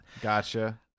Gotcha